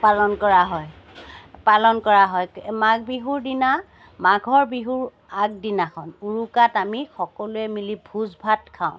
পালন কৰা হয় পালন কৰা হয় মাঘ বিহুৰ দিনা মাঘৰ বিহুৰ আগদিনাখন উৰুকাত আমি সকলোৱে মিলি ভোজ ভাত খাওঁ